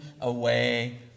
away